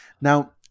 Now